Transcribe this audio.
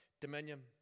dominion